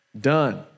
done